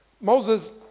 Moses